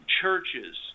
churches